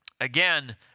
again